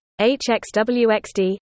HXWXD